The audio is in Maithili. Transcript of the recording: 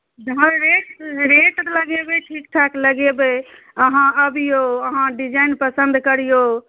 जहन रेट रेट लगेबै ठीक ठाक लगेबै अहाँ अबियौ अहाँ डिजाइन पसन्द करियौ